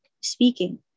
speaking